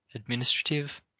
administrative,